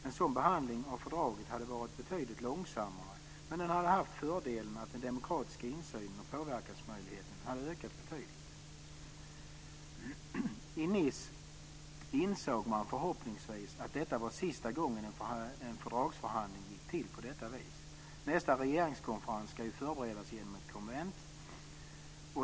En sådan behandling av fördraget hade varit betydligt långsammare, men den hade haft fördelen att den demokratiska insynen och påverkansmöjligheten hade ökat betydligt. I Nice insåg man förhoppningsvis att detta var sista gången en fördragsförhandling gick till på detta vis. Nästa regeringskonferens ska ju förberedas genom ett konvent.